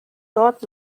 dort